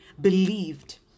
believed